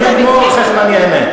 אני אגמור, ואחרי כן אני אענה.